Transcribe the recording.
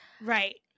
Right